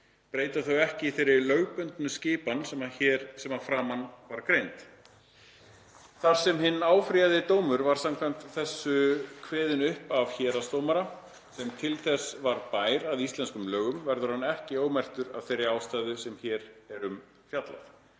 Breyta þau ekki þeirri lögbundnu skipan sem að framan var greind. Þar sem hinn áfrýjaði dómur var samkvæmt þessu kveðinn upp af héraðsdómara, sem til þess var bær að íslenskum lögum, verður hann ekki ómerktur af þeirri ástæðu sem hér er um fjallað